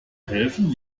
helfen